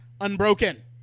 unbroken